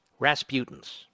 Rasputins